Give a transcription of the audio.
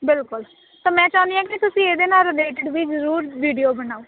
ਬਿਲਕੁਲ ਤਾ ਮੈਂ ਚਾਹੁੰਦੀ ਹਾਂ ਕਿ ਤੁਸੀਂ ਇਹਦੇ ਨਾਲ ਰਿਲੇਟਡ ਵੀ ਜਰੂਰ ਵੀਡੀਓ ਬਣਾਓ